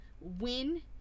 win